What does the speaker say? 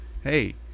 hey